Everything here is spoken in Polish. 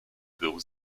był